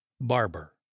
Barber